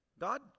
God